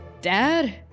Dad